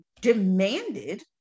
demanded